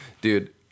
Dude